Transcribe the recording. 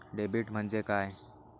Debit म्हणजे काय?